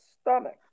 stomach